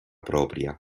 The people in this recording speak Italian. propria